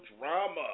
drama